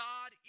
God